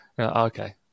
okay